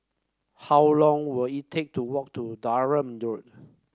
how long will it take to walk to Durham Road